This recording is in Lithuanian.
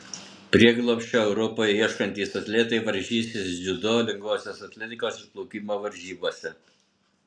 prieglobsčio europoje ieškantys atletai varžysis dziudo lengvosios atletikos ir plaukimo varžybose